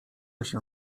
się